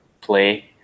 play